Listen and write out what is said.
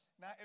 Now